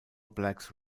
blacks